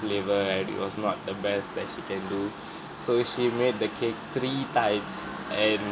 flavour and it was not the best that she can do so she made the cake three times and